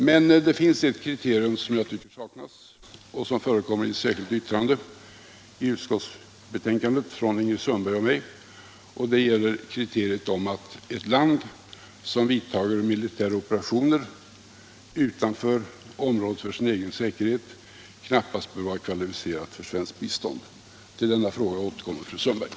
Men det är ett kriterium som jag tycker saknas i det sammanhanget och som redovisas i ett särskilt yttrande av Ingrid Sundberg och mig själv vid utskottets betänkande, nämligen kriteriet att ett land som vidtager militära operationer utanför området för sin egen säkerhet knappast bör vara kvalificerat för svenskt bistånd. Till denna fråga återkommer fru Sundberg.